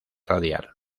radial